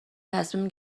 تصمیم